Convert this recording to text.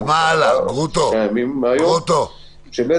זה לא